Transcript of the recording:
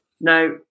Now